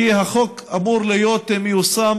כי החוק אמור להיות מיושם